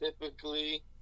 Typically